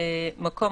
"מקום